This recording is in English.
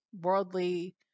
worldly